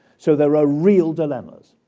so there are real dilemmas.